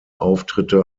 auftritte